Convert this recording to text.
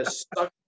stuck